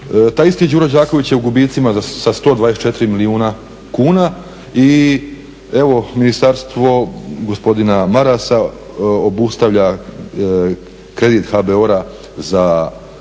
Taj isti Đuro Đaković je u gubitcima sa 124 milijuna kuna i evo ministarstvo gospodina Marasa obustavlja kredit HBOR-a za